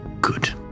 Good